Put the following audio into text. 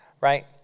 right